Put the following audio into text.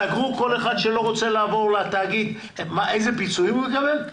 סגרו עם כל אחד שלא רוצה לעבור לתאגיד איזה פיצויים הוא יקבל?